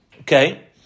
okay